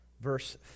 verse